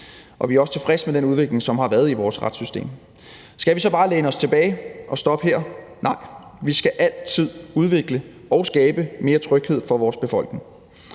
Vi er også tilfredse med den udvikling, som der har været i vores retssystem. Skal vi så bare læne os tilbage og stoppe her? Nej, vi skal altid udvikle og skabe mere tryghed for vores befolkning.